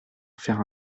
faire